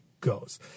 goes